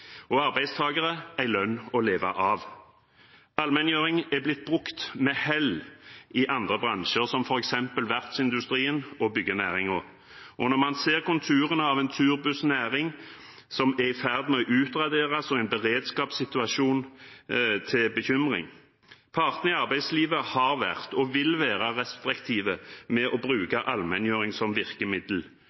og arbeidstakere en lønn å leve av. Allmenngjøring er blitt brukt med hell i andre bransjer, som f.eks. verftsindustrien og byggenæringen. Nå ser man konturene av en turbussnæring som er i ferd med å utraderes, og en beredskapssituasjon som er til bekymring. Partene i arbeidslivet har vært og vil være restriktive med å bruke allmenngjøring som virkemiddel.